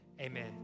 amen